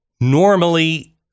normally